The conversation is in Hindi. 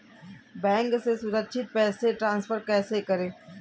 बैंक से सुरक्षित पैसे ट्रांसफर कैसे करें?